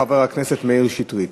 חבר הכנסת מאיר שטרית.